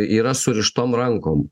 yra surištom rankom